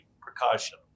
precaution